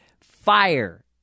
Fire